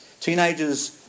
Teenagers